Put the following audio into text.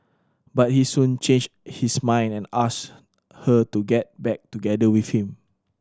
but he soon changed his mind and asked her to get back together with him